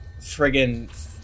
friggin